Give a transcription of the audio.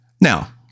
Now